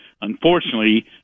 unfortunately